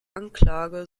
anklage